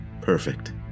Perfect